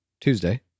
Tuesday